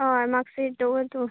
हय म्हाक सीट दवर तूं